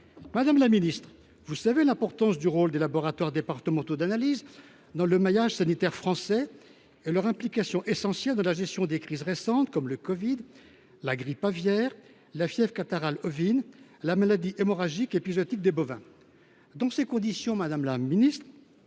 Madame la ministre, vous savez l’importance du rôle des laboratoires départementaux d’analyses dans le maillage sanitaire français et leur implication essentielle dans la gestion des crises récentes, comme celles du covid 19, de la grippe aviaire, de la fièvre catarrhale ovine ou encore de la maladie hémorragique et épizootique des bovins. Dans ces conditions, quelles actions